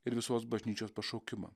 ir visos bažnyčios pašaukimą